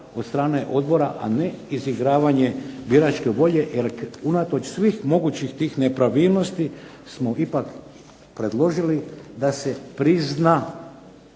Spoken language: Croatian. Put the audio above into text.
od strane odbora a ne izigravanje biračke volje, jer unatoč svih tih mogućih nepravilnosti smo ipak predložili da se priznaju